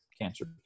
cancer